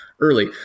early